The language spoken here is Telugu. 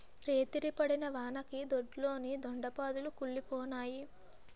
రేతిరి పడిన వానకి దొడ్లోని దొండ పాదులు కుల్లిపోనాయి